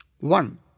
One